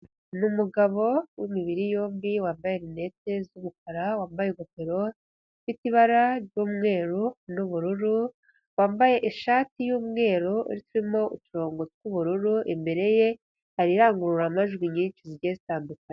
Ni umugabo w'imibiri yombi wambaye rinete z'umukara, wambaye ingofero ifite ibara ry'umweru, n'ubururu, wambaye ishati y'umweru irimo uturongo tw'ubururu, imbere ye hari indangururamajwi nyinshi zigiye zitandukanye.